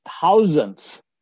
thousands